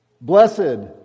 Blessed